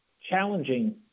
challenging